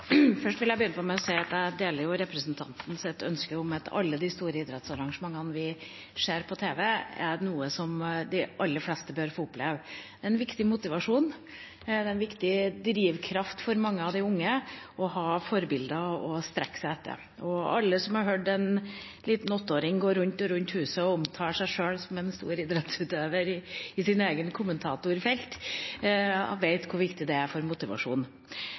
Jeg vil begynne med å si at jeg deler representantens ønske om at alle de store idrettsarrangementene vi ser på tv, er noe de aller fleste bør få oppleve. Det er en viktig motivasjon og en viktig drivkraft for mange unge å ha forbilder å strekke seg etter. Alle som har hørt en liten åtteåring gå rundt og rundt i huset og omtale seg selv som en stor idrettsutøver, og være sin egen kommentator, vet hvor viktig det er for